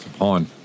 On